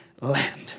land